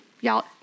Y'all